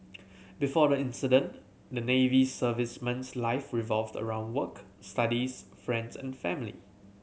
before the incident the Navy serviceman's life revolved around work studies friends and family